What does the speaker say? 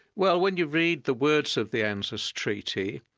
well when you read the words of the anzus treaty,